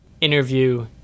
interview